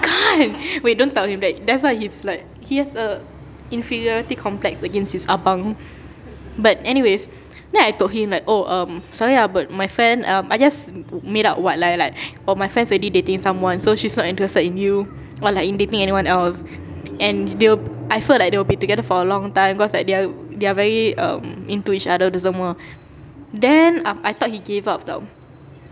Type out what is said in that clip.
kan wait don't tell him that that's why he's like he has a inferiority complex against his abang but anyways then I told him like oh um sorry ah but my friend um I just made up a white lie like oh my friend's already dating someone so she's not interested in you or like in dating anyone else and they will I felt like they will be together for a long time cause like they are they are very um into each other tu semua then I I thought he gave up [tau]